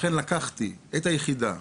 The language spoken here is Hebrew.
לכן לקחתי את היחידה,